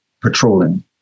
petroleum